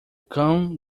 cão